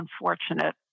unfortunate